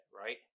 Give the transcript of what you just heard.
right